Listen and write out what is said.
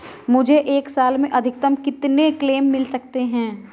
मुझे एक साल में अधिकतम कितने क्लेम मिल सकते हैं?